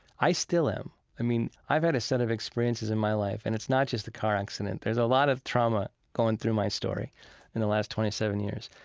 i still am. i mean i've had a set of experiences in my life and it's not just the car accident. there's a lot of trauma going through my story in the last twenty seven years.